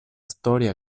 storia